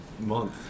Month